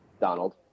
Donald